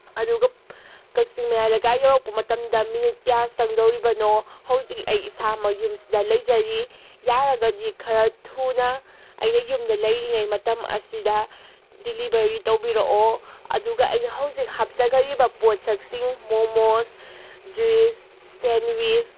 ꯑꯗꯨꯒ ꯀꯛꯆꯤꯡ ꯃꯌꯥꯏ ꯂꯩꯀꯥꯏ ꯌꯧꯔꯛꯄ ꯃꯇꯝꯗ ꯃꯤꯅꯤꯠ ꯀꯌꯥ ꯆꯪꯗꯧꯔꯤꯕꯅꯣ ꯍꯧꯖꯤꯛ ꯑꯩ ꯏꯁꯥꯃꯛ ꯌꯨꯝꯁꯤꯗ ꯂꯩꯖꯔꯤ ꯌꯥꯔꯒꯗꯤ ꯈꯔ ꯊꯨꯅ ꯑꯩꯅ ꯌꯨꯝꯗ ꯂꯩꯔꯤꯉꯩ ꯃꯇꯝ ꯑꯁꯤꯗ ꯗꯤꯂꯤꯚꯔꯤ ꯇꯧꯕꯤꯔꯛꯑꯣ ꯑꯗꯨꯒ ꯑꯩꯅ ꯍꯧꯖꯤꯛ ꯍꯥꯞꯆꯈ꯭ꯔꯤꯕ ꯄꯣꯠꯁꯛꯁꯤꯡ ꯃꯣꯃꯣꯁ ꯖꯨꯏꯁ ꯁꯦꯟꯋꯤꯁ